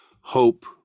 hope